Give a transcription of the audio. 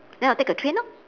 then I'll take a train lor